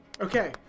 Okay